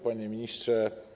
Panie Ministrze!